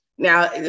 Now